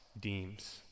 deems